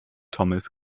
thomas